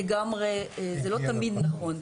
זה לא תמיד נכון.